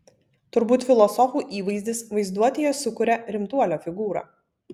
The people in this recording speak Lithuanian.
turbūt filosofų įvaizdis vaizduotėje sukuria rimtuolio figūrą